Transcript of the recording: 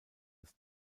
das